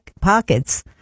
pockets